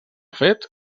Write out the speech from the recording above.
fet